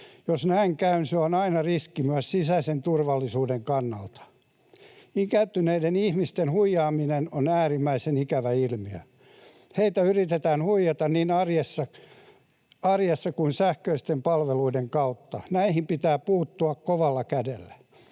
Jos näin käy, se on aina riski myös sisäisen turvallisuuden kannalta. Ikääntyneiden ihmisten huijaaminen on äärimmäisen ikävä ilmiö. Heitä yritetään huijata niin arjessa kuin sähköisten palveluiden kautta. Näihin pitää puuttua kovalla kädellä.